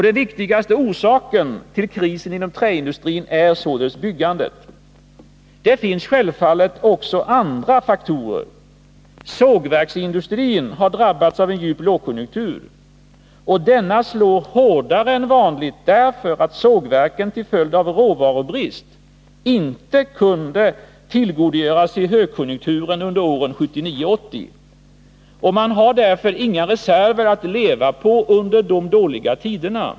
Den viktigaste orsaken till krisen inom träindustrin är således byggandet. Det finns självfallet också andra faktorer. Sågverksindustrin har drabbats av en djup lågkonjunktur. Denna slår hårdare än vanligt därför att sågverken till följd av råvarubrist inte kunde tillgodogöra sig högkonjunkturen under åren 1979 och 1980. Därför har man inga reserver att leva på under de dåliga tiderna.